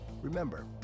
Remember